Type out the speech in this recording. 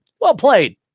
well-played